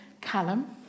Callum